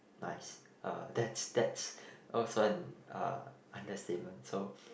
nice uh that's that's also an uh understatement so